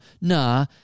nah